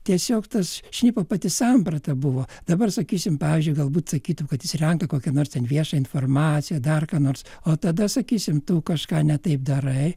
tiesiog tas šnipo pati samprata buvo dabar sakysim pavyzdžiui galbūt sakytum kad jis renka kokią nors ten viešą informaciją dar ką nors o tada sakysim tu kažką ne taip darai